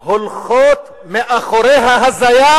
הדר.